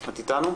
את אתנו?